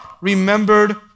remembered